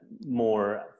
more